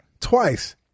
twice